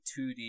2D